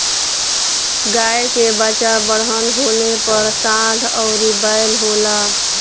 गाय के बच्चा बड़हन होले पर सांड अउरी बैल होला